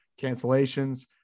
cancellations